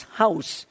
house